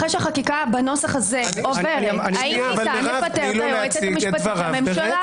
אחרי שהחקיקה בנוסח הזה עוברת האם ניתן לפטר את היועצת המשפטית לממשלה?